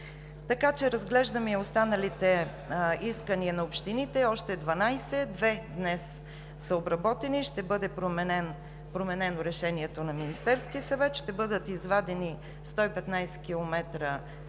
обхвата. Разглеждаме и останалите искания на общините – още 12. Две днес са обработени. Ще бъде променено решението на Министерския съвет – ще бъдат извадени 115 км от